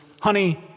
honey